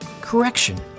correction